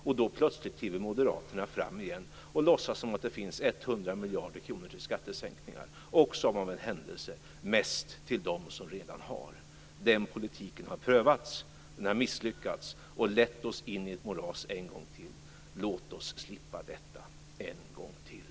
Då kliver plötsligt moderaterna fram igen och låtsas som om det finns 100 miljarder kronor till skattesänkningar och, som av en händelse, mest till dem som redan har. Den politiken har prövats. Den har misslyckats och lett oss in i ett moras. Låt oss slippa detta en gång till.